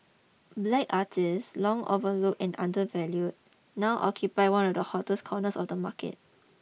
black artists long overlooked and undervalued now occupy one of the hottest corners of the market